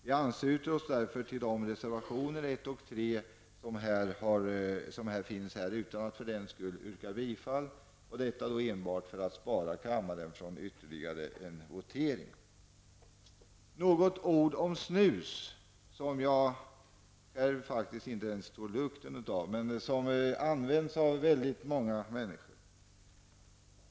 Vi ansluter oss därför till reservationerena 1 och 3, utan att för den skull yrka bifall till dem -- detta enbart för att bespara kammaren ytterligare voteringar. Jag vill säga några ord om snus, som jag faktiskt inte ens tål lukten av, men som används av många människor.